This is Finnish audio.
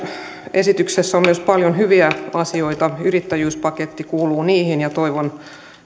esityksessä on myös paljon hyviä asioita yrittäjyyspaketti kuuluu niihin ja toivon